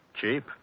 Cheap